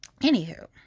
Anywho